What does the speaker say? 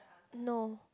no